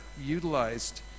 utilized